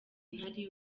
ntari